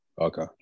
Okay